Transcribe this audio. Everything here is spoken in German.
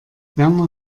werner